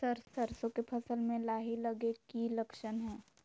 सरसों के फसल में लाही लगे कि लक्षण हय?